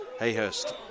Hayhurst